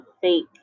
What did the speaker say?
fake